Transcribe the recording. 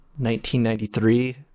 1993